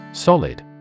Solid